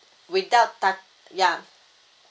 without tout~ ya